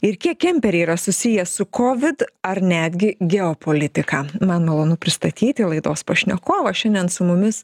ir kiek kemperiai yra susiję su kovid ar netgi geopolitika man malonu pristatyti laidos pašnekovą šiandien su mumis